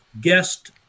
guest